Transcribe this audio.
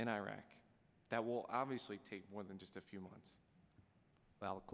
in iraq that will obviously take more than just a few months